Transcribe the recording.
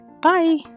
Bye